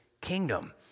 kingdom